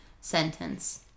sentence